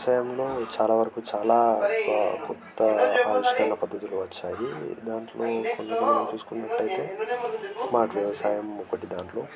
వ్యవసాయంలో చాలా వరకు చాలా కొత్త ఆవిష్కరణ పద్ధతులు వచ్చాయి దాంట్లో కొన్ని కొన్ని చూసుకున్నట్లయితే స్మార్ట్ వ్యవసాయం ఒకటి దాంట్లో